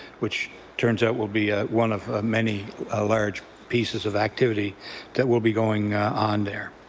which turns out will be one of many ah large pieces of activity that will be going on there.